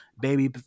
baby